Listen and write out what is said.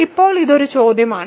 ഇപ്പോൾ ഇത് ഒരു ചോദ്യമാണ്